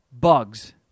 bugs